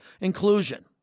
inclusion